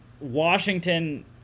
Washington